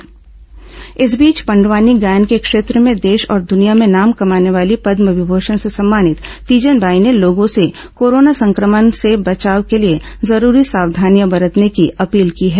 Teejan Bai corona सावधानी appeal इस बीच पंडवानी गायन के क्षेत्र में देश और दुनिया में नाम कमाने वाली पदम विभूषण से सम्मानित तीजन बाई ने लोगों से कोरोना संक्रमण से बचाव के लिए जरूरी सावधानियां बरतने की अपील की है